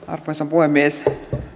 arvoisa puhemies